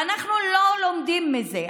ואנחנו לא לומדים מזה.